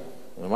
אמרתי להיום.